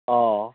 অঁ